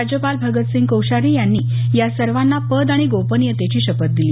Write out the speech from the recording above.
राज्यपाल भगतसिंग कोश्यारी यांनी या सर्वांना पद आणि गोपनीयतेची शपथ दिली